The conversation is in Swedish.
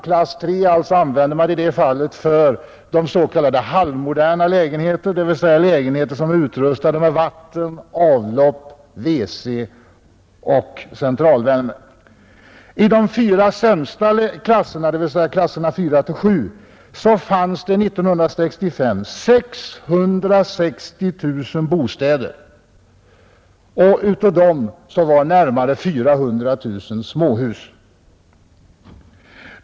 Klass 3 är s.k. halvmoderna bostäder, dvs. lägenheter utrustade med vatten, avlopp, wc och centralvärme. I de fyra sämsta klasserna, dvs. klasserna 4—7, fanns det 1965 cirka 660 000 bostäder. Av dem var närmare 400 000 småhus.